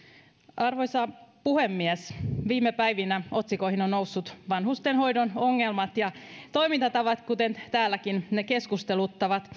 arvoisa puhemies viime päivinä otsikoihin ovat nousseet vanhustenhoidon ongelmat ja toimintatavat kuten täälläkin ne keskusteluttavat